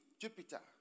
Jupiter